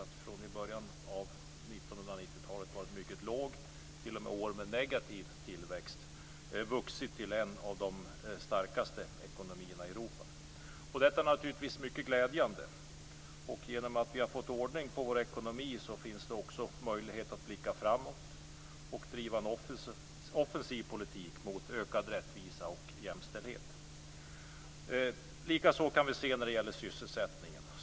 Att från början av 1990-talet ha varit mycket låg, t.o.m. år med negativ tillväxt, har tillväxten ökat och ekonomin vuxit till en av de starkaste i Europa. Detta är naturligtvis mycket glädjande. Genom att vi har fått ordning på vår ekonomi finns också möjlighet att blicka framåt och driva en offensiv politik mot ökad rättvisa och jämställdhet. Likaså är det när det gäller sysselsättningen.